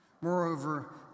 Moreover